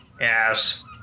Yes